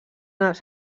els